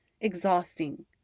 exhausting